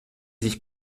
sich